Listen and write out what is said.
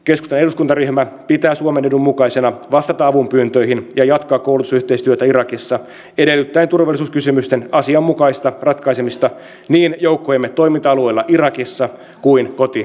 keskustan eduskuntaryhmä pitää suomen edun mukaisena vastata avunpyyntöihin ja jatkaa koulutusyhteistyötä irakissa edellyttäen turvallisuuskysymysten asianmukaista ratkaisemista niin joukkojemme toiminta alueella irakissa kuin koti suomessakin